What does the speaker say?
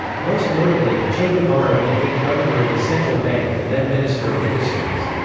most notably, che guevara became governor of the central bank and then minister of industries.